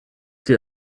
die